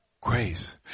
Grace